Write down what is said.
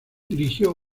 dirigió